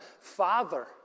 father